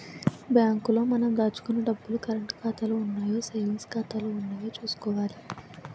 bank లో మనం దాచుకున్న డబ్బులు కరంటు ఖాతాలో ఉన్నాయో సేవింగ్స్ ఖాతాలో ఉన్నాయో చూసుకోవాలి